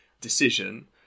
decision